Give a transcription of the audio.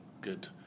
good